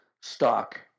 stock